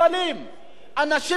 אנשים מעוטי יכולת,